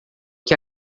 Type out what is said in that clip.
que